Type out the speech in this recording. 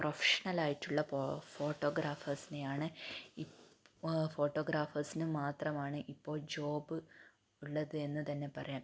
പ്രൊഫഷണലായിട്ടുള്ള പോ ഫോട്ടോഗ്രാഫേഴ്സിനെ ആണ് ഇപ് ഫോട്ടോഗ്രാഫേഴ്സിന് മാത്രമാണ് ഇപ്പോൾ ജോബ് ഉള്ളത് എന്ന് തന്നെ പറയാം